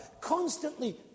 constantly